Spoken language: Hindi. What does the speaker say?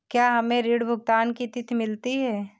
क्या हमें ऋण भुगतान की तिथि मिलती है?